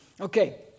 Okay